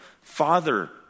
Father